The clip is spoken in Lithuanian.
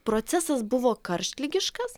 procesas buvo karštligiškas